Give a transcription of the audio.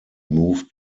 moved